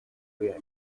react